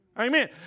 Amen